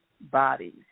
bodies